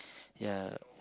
ya